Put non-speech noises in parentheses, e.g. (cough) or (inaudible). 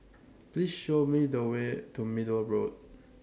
(noise) Please Show Me The Way to Middle Road